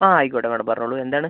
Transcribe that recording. ആ ആയിക്കോട്ടെ മാഡം പറഞ്ഞോളൂ എന്താണ്